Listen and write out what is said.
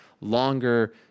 longer